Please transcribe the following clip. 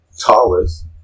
Tallest